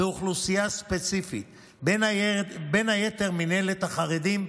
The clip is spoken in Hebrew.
באוכלוסייה ספציפית, בין היתר מינהלת החרדים,